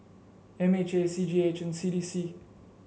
M H A C G H and C D C